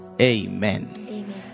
Amen